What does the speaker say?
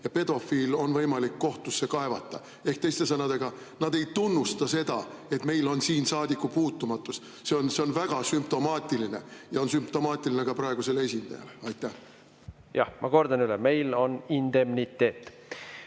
[alusel] on võimalik kohtusse kaevata. Teiste sõnadega, nad ei tunnusta seda, et meil on siin saadikupuutumatus. See on väga sümptomaatiline, ja on sümptomaatiline ka praegusele esinejale. Jah, ma kordan üle: meil on indemniteet.